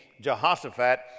Jehoshaphat